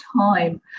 time